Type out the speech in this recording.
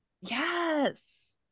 Yes